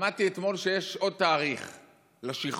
שמעתי אתמול שיש עוד תאריך לשחרור,